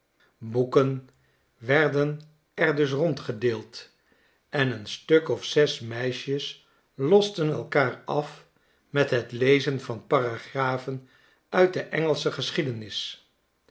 boeken werden er dus rondgedeeld en een stuk of zes meisjeslosten elkaar af met het lezen van paragrafen uit de engelsche geschiedenis